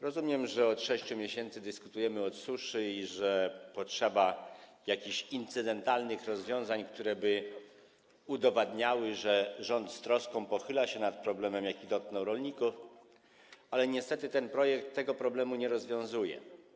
Rozumiem, że od 6 miesięcy dyskutujemy o suszy i że potrzeba jakichś incydentalnych rozwiązań, które udowadniałyby, że rząd z troską pochyla się nad problemem, jaki dotknął rolników, ale niestety ten projekt tego problemu nie rozwiązuje.